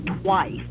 twice